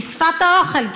היא שפת האוכל.